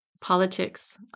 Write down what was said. politics